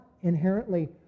inherently